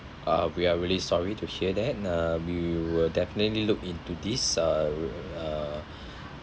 ah we are really sorry to hear that uh we will definitely look into this uh uh